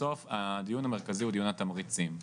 בסוף הדיון המרכזי הוא דיון התמריצים,